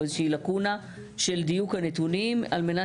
או איזושהי לקונה של דיוק הנתונים על מנת